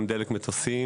גם דלק מטוסים,